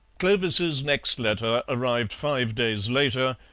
clovis's next letter arrived five days later,